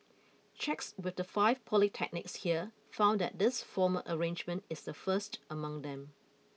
checks with the five polytechnics here found that this formal arrangement is the first among them